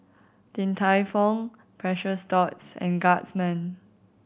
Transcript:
Din Tai Fung Precious Thots and Guardsman